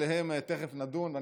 שתכף נדון בהן,